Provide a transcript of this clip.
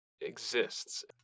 exists